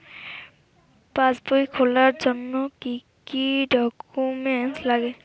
পাসবই খোলার জন্য কি কি ডকুমেন্টস লাগে?